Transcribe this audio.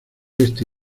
este